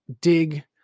dig